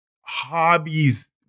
hobbies